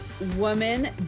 woman